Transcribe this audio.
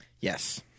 Yes